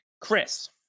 Chris